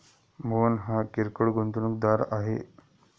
मोहन हा किरकोळ गुंतवणूकदार आहे